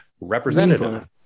Representative